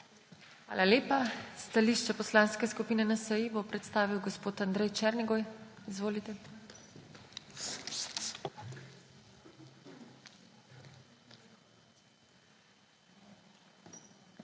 Hvala lepa. Stališče Poslanske skupine NSi bo predstavil gospod Andrej Černigoj. Izvolite. ANDREJ